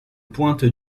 pointe